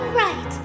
right